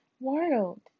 world